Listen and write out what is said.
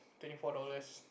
twenty four dollars